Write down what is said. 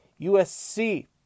USC